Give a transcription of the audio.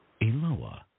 Eloah